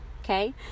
okay